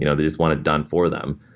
you know they just want it done for them.